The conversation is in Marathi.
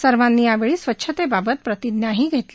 सर्वांनी यावेळी स्वच्छतेबाबत प्रतिज्ञाही घेतली